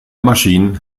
maschinen